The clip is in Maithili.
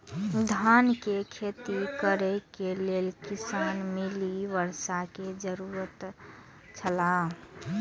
धान के खेती करे के लेल कितना मिली वर्षा के जरूरत छला?